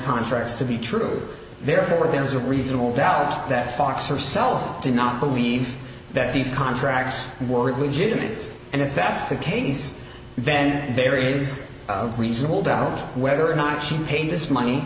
contracts to be true therefore there is a reasonable doubt that fox herself did not believe that these contracts were legitimate and if that's the case then there is reasonable doubt whether or not she paid this money